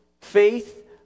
faith